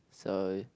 so